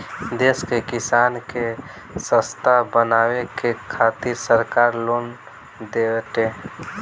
देश के किसान के ससक्त बनावे के खातिरा सरकार लोन देताटे